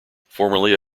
formerly